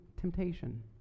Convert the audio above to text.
temptation